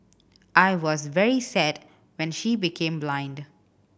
I was very sad when she became blind